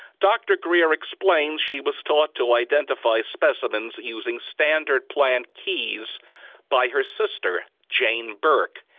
dr greer explains she was taught to identify specimens using standard plant keys by her sister, jane burke.